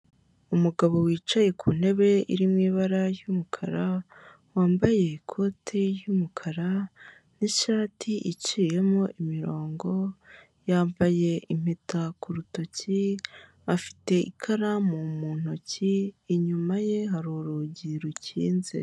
Umugabo wicaye ku ntebe iri mu ibara ry'umukara wambaye ikoti ry'umukara n'ishati iciyemo imirongo yambaye impeta ku rutoki afite ikaramu mu ntoki, inyuma ye hari urugi rukinze.